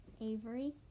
Avery